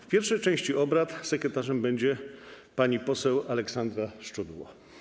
W pierwszej części obrad sekretarzem będzie pani poseł Aleksandra Szczudło.